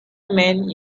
man